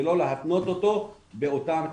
ולא להתנות אותו באותם טפסים,